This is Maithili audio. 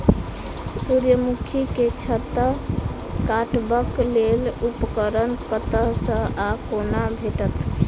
सूर्यमुखी केँ छत्ता काटबाक लेल उपकरण कतह सऽ आ कोना भेटत?